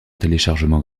téléchargement